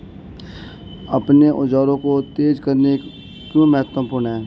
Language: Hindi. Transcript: अपने औजारों को तेज करना क्यों महत्वपूर्ण है?